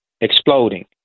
exploding